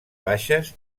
baixes